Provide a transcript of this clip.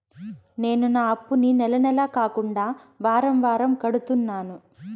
నేను నా అప్పుని నెల నెల కాకుండా వారం వారం కడుతున్నాను